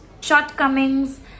shortcomings